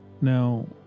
Now